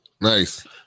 Nice